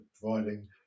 providing